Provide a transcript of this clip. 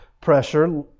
pressure